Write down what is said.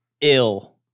ill